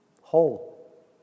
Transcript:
Whole